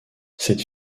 cette